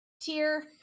tier